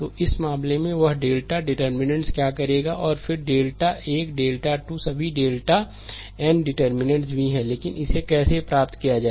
तो इस मामले में वह डेल्टा डिटर्मिननेंट्स क्या करेगा और फिर डेल्टा 1 डेल्टा 2 सभी डेल्टा n डिटर्मिननेंट् भी है लेकिन इसे कैसे प्राप्त किया जाए